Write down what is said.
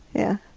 yeah.